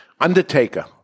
Undertaker